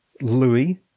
louis